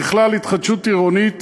ככלל, התחדשות עירונית